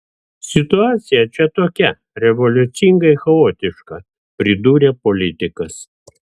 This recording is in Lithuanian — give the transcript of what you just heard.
situacija čia tokia revoliucingai chaotiška pridūrė politikas